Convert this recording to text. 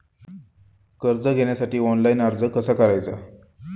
कर्ज घेण्यासाठी ऑनलाइन अर्ज कसा करायचा?